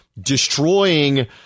destroying